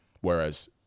whereas